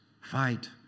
fight